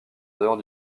dehors